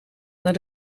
naar